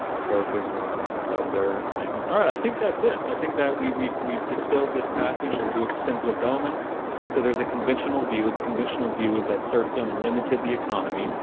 focus on other things. ah all i think that's it. i think that we we've we've distilled this passage into its simplest elements so there's a conventional view the conventional view is that serfdom limited the economy.